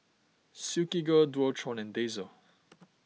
Silkygirl Dualtron and Daiso